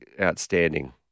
outstanding